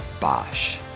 Bosch